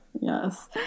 yes